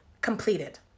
completed